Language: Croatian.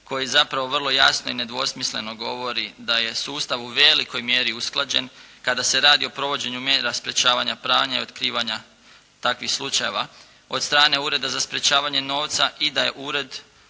koji zapravo vrlo jasno i nedvosmisleno govori da je sustav u velikoj mjeri usklađen kada se radi o provođenju mjera sprječavanja pranja i otkrivanja takvih slučajeva od strane Ureda za sprječavanje novca i da je ured